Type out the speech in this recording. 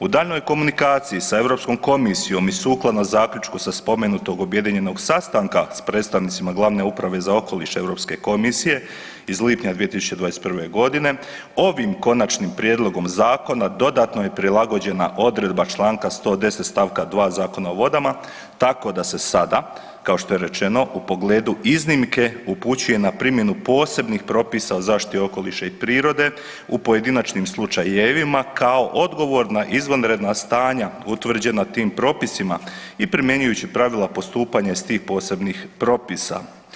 U daljnjoj komunikaciji sa Europskom komisijom i sukladno zaključku sa spomenutog objedinjenog sastanka s predstavnicima Glavne uprave za okoliš Europske komisije iz lipnja 2021.g. ovim konačnim prijedlogom zakona dodatno je prilagođena odredba čl. 110. st. 2. Zakona o vodama tako da se sada kao što je rečeno u pogledu iznimke upućuje na primjenu posebnih propisa zaštite okoliša i prirode u pojedinačnim slučajevima kao odgovor na izvanredna stanja utvrđena tim propisima i primjenjujući pravila postupanja iz tih posebnih propisa.